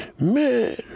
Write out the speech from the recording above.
man